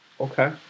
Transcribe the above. Okay